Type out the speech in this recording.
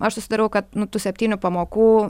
aš susidarau kad nu tų septynių pamokų